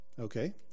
Okay